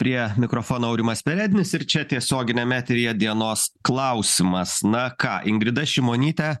prie mikrofono aurimas perednis ir čia tiesioginiam eteryje dienos klausimas na ką ingrida šimonytė